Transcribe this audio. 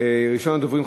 ראשון הדוברים,